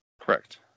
Correct